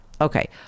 Okay